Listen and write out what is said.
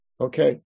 Okay